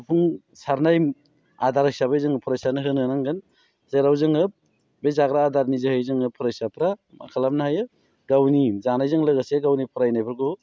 सुफुं सारनाय आदार हिसाबै जोङो फरायसानो होनो नांगोन जेराव जोङो बे जाग्रा आदारनि जोहै जोङो फरायसाफ्रा मा खालामनो हायो गावनि जानायजों लोगोसे गावनि फरायनायफोरखौ